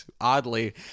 oddly